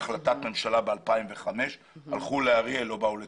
זאת הייתה החלטת ממשלה ב-2005 אבל הלכו לאריאל ולא באו לצפת.